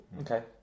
okay